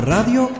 Radio